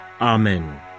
Amen